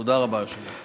תודה רבה, היושב-ראש.